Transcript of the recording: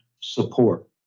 support